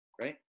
right